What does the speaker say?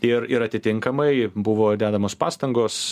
ir ir atitinkamai buvo dedamos pastangos